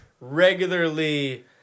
regularly